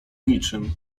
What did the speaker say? niczym